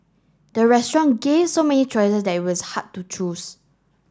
the restaurant gave so many choices that it was hard to choose